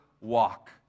walk